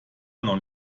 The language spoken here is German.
immer